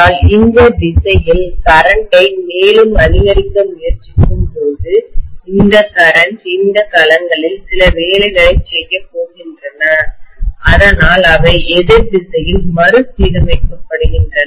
ஆனால் இந்த திசையில் மின்னோட்டத்தைகரண்ட்டை மேலும் அதிகரிக்க முயற்சிக்கும்போது இந்த மின்னோட்டம் கரண்ட் இந்த களங்களில் சில வேலைகளைச் செய்யப் போகின்றன அதனால் அவை எதிர் திசையில் மறுசீரமைக்க படுகின்றன